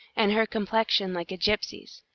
and her complexion like a gypsy's.